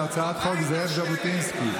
להצעת חוק זאב ז'בוטינסקי,